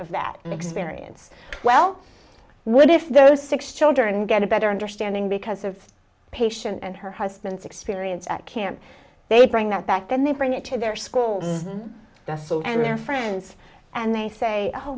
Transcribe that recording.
of that experience well what if those six children get a better understanding because of patient and her husband's experience at camp they bring that back then they bring it to their school bus and their friends and they say